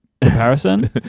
comparison